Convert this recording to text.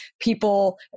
people